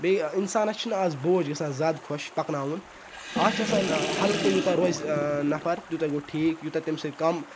بیٚیہِ اِنسانَس چھُنہٕ آز بوج گَژھان زیادٕ خۄش پَکناوُن آز چھِ آسان ہَلکہٕ یوٗتاہ روزِ نَفَر تیوٗتاہ گوٚو ٹھیٖک یوٗتاہ تٔمِس سۭتۍ کَم